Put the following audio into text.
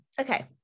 Okay